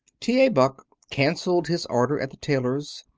t. a. buck canceled his order at the tailor's,